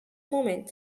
moment